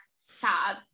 sad